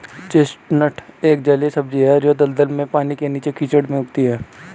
chestnut एक जलीय सब्जी है जो दलदल में, पानी के नीचे, कीचड़ में उगती है